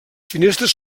finestres